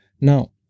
Now